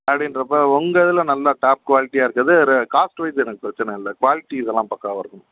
அப்படின்றப்ப உங்கள் இதில் நல்லா டாப் குவாலிட்டியாக இருக்கறது ரெ காஸ்ட் வைஸ் எனக்கு பிரச்சனை இல்லை குவாலிட்டி இதெல்லாம் பக்காவாக இருக்கணும்